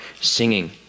singing